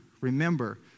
Remember